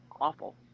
awful